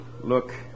look